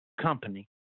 company